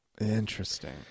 interesting